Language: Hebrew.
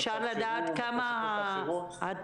התוספות האחרות --- אפשר לדעת כמה התוספות?